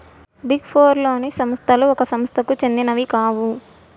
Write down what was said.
big four లోని సంస్థలు ఒక సంస్థకు సెందినవి కావు